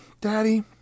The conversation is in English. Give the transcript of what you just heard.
daddy